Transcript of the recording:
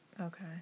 Okay